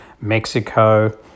Mexico